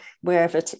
wherever